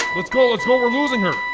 let's go, let's go! we're losing her!